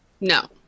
No